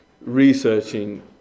researching